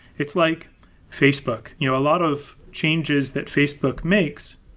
it's like facebook. you know a lot of changes that facebook makes,